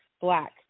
Black